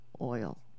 oil